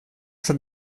schon